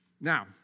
Now